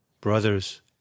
Brothers